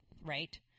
right